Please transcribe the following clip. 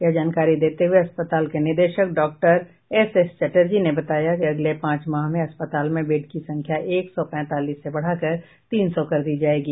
यह जानकारी देते हुए अस्पताल के निदेशक डॉक्टर एसएस चटर्जी ने बताया कि अगले पांच माह में अस्पताल में बेड की संख्या एक सौ पैंतालीस से बढ़ाकर तीन सौ कर दी जायेगी